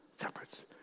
Shepherds